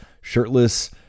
shirtless